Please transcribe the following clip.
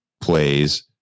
plays